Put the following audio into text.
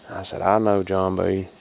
i said, i know, john b.